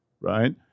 right